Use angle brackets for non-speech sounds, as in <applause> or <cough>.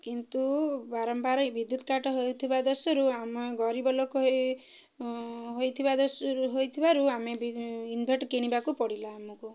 କିନ୍ତୁ ବାରମ୍ବାର ବିଦ୍ୟୁତ୍ କାଟ୍ ହୋଇଥିବା ଦଶରୁ ଆମେ ଗରିବ ଲୋକ ହୋଇଥିବା <unintelligible> ହୋଇଥିବାରୁ ଆମେ ବି ଇନଭର୍ଟର୍ କିଣିବାକୁ ପଡ଼ିଲା ଆମକୁ